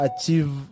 achieve